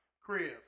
crib